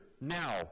now